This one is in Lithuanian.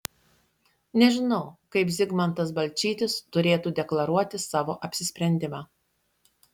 nežinau kaip zigmantas balčytis turėtų deklaruoti savo apsisprendimą